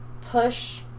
push